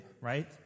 Right